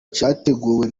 cyateguwe